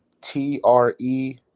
t-r-e